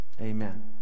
Amen